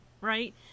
right